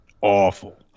awful